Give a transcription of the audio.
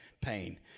pain